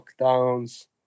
lockdowns